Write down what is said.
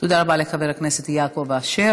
תודה רבה לחבר הכנסת יעקב אשר.